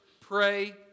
Pray